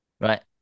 right